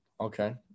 Okay